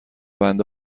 بنده